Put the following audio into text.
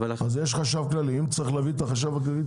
אם צריך תביאו את החשב הכללי.